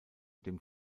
dem